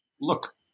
Look